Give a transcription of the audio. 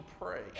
pray